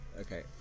Okay